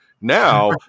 Now